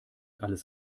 alles